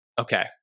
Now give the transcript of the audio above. okay